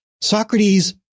Socrates